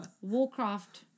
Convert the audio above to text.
warcraft